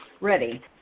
Ready